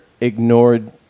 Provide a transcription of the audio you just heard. ignored